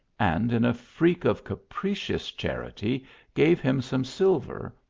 and in a freak of capricious charity gave him some silver,